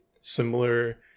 similar